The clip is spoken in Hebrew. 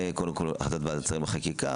זה קודם כל החלטת ועדת שרים לחקיקה.